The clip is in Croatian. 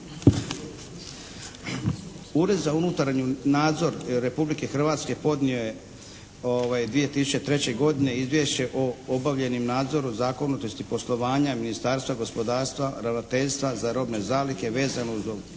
Ured za unutarnji nadzor Republike Hrvatske podnio je 2003. godine izvješće o obavljenom nadzoru zakonitosti poslovanja Ministarstva gospodarstva, ravnateljstva za robne zalihe vezano uz obnavljanje pšenice